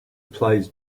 plays